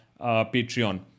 Patreon